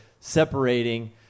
separating